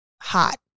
hot